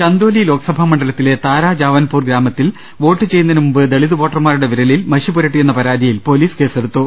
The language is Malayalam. ചന്ദോലി ലോക്സഭാ മണ്ഡല ത്തിലെ താരാജവാൻപൂർ ഗ്രാമത്തിൽ വോട്ട് ചെയ്യുന്നതിനുമുമ്പ് ദളിത് വോട്ടർമാ രുടെ വിരലിൽ മഷി പുരട്ടിയെന്ന പരാതിയിൽ പൊലീസ് കേസെടുത്തു